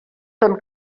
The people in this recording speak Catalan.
ton